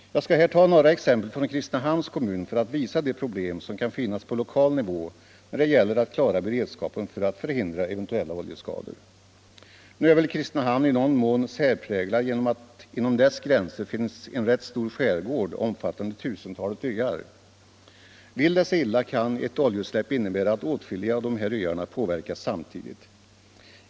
Jag skall ta några exempel från Kristinehamns kommun för att visa de problem som kan finnas på lokal nivå när det gäller att klara beredskapen för att förhindra eventuella oljeskador. Nu är väl Kristinehamn i någon mån en särpräglad kommun genom att det inom dess gränser finns en rätt stor skärgård omfattande tusentalet öar. Vill det sig illa kan ett oljeutsläpp innebära att åtskilliga av dessa öar påverkas samtidigt.